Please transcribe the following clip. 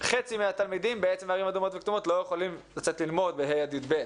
חצי מהתלמידים בערים אדומות וכתומות לא יכולים לצאת ללמוד מ-ה' עד י"ב.